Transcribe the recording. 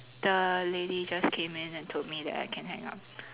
the lady just came in and told me that I can hang up